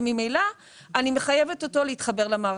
ממילא אני מחייבת אותו להתחבר למערכות.